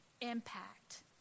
impact